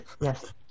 Yes